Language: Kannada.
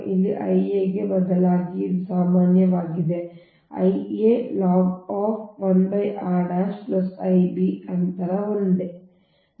4605 ಇಲ್ಲಿ I a ಗೆ ಬದಲಾಗಿ ಇದು ಸಾಮಾನ್ಯವಾಗಿದೆ I a log 1 r I b ಅಂತರ ಒಂದೇ